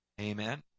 Amen